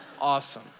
awesome